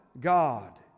God